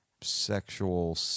sexual